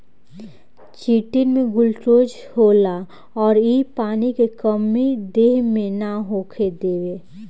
chitin में glucose होला अउर इ पानी के कमी देह मे ना होखे देवे